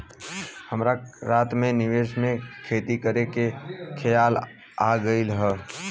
हमरा रात में विदेश में खेती करे के खेआल आइल ह